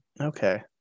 Okay